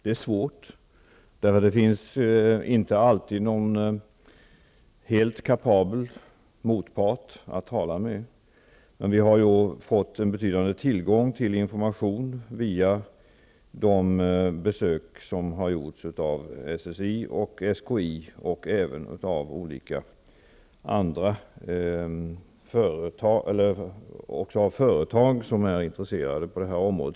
Det är svårt, eftersom det inte alltid finns någon helt kapabel motpart att kommunicera med. Vi har emellertid fått en betydande tillgång till information genom de besök som har gjorts av SSI, SKI och även av olika företag som är intresserade av området.